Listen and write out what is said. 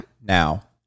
Now